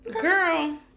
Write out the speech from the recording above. Girl